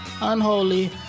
Unholy